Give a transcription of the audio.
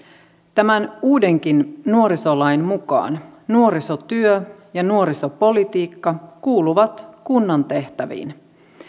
tämän uudenkin nuorisolain mukaan nuorisotyö ja nuorisopolitiikka kuuluvat kunnan tehtäviin